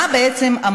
מה אמרתי בעצם?